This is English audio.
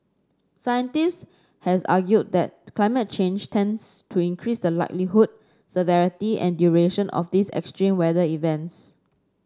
scientists has argued that climate change tends to increase the likelihood severity and duration of these extreme weather events